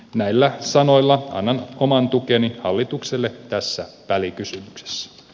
näillä sanoilla annan oman tukeni hallitukselle tässä välikysymyksessä